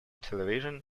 television